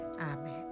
Amen